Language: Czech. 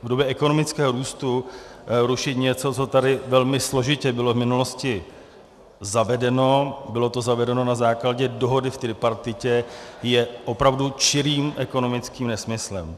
V době ekonomického růstu rušit něco, co tady velmi složitě bylo v minulosti zavedeno, bylo to zavedeno na základě dohody v tripartitě, je opravdu čirým ekonomickým nesmyslem.